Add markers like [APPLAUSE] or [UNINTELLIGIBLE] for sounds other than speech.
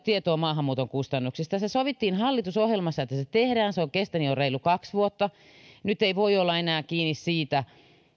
[UNINTELLIGIBLE] tietoa maahanmuuton kustannuksista se sovittiin hallitusohjelmassa että se tehdään se on kestänyt jo reilu kaksi vuotta nyt ei voi olla enää kiinni siitä